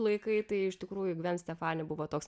laikai tai iš tikrųjų gven stefani buvo toks